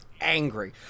angry